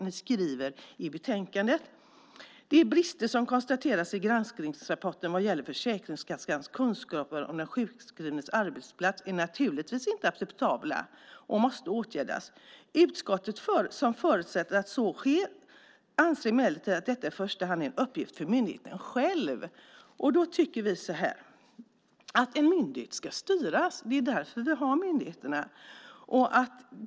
Ni skriver i betänkandet: "De brister som konstateras i granskningsrapporten vad gäller Försäkringskassans kunskaper om den sjukskrivnes arbetsplats är naturligtvis inte acceptabla och måste åtgärdas. Utskottet, som förutsätter att så sker, anser emellertid att detta i första hand är en uppgift för myndigheten själv." Vi tycker att en myndighet ska styras. Det är därför vi har myndigheter.